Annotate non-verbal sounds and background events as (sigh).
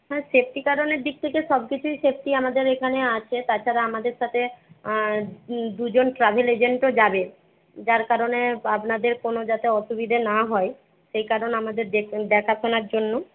(unintelligible) safety কারণের দিক থেকে সব কিছুই সেফটি আমাদের এখানে আছে তাছাড়া আমাদের সাথে দুজন ট্র্যাভেল এজেন্টও যাবে যার কারণে আপনাদের কোনো যাতে অসুবিধে না হয় সেই কারণে আমাদের (unintelligible) দেখাশোনার জন্য